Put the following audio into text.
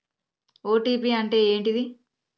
OTP అంటే ఏంటిది?